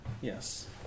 Yes